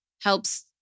helps